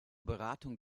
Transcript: beratung